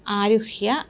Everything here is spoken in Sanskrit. आरुह्य